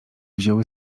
wzięły